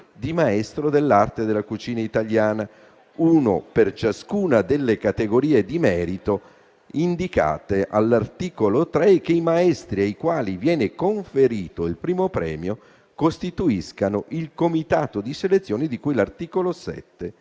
di maestro dell'arte della cucina italiana, uno per ciascuna delle categorie di merito indicate all'articolo 3, e che i maestri ai quali viene conferito il primo premio costituiscano il comitato di selezione di cui all'articolo 7